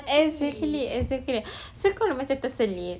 exactly exactly so macam kalau personally